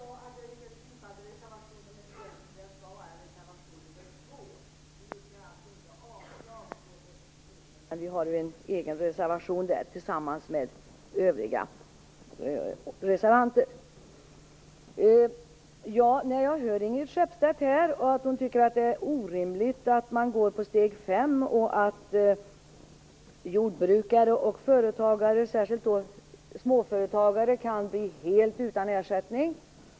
Herr talman! Jag ber om ursäkt för att jag sade att jag yrkar bifall till reservation 1. Det skall vara reservation 2. Vi har ju en reservation tillsammans med övriga reservanter. Jag hörde Inger Skeppstedt säga att hon tycker att det är orimligt att man går på steg 5, alltså att jordbrukare och företagare, särskilt småföretagare, kan bli helt utan ersättning.